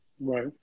Right